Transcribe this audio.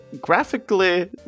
graphically